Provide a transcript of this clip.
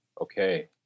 Okay